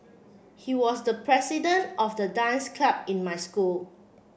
he was the president of the dance club in my school